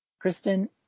Kristen